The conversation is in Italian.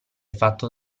fatto